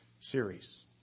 series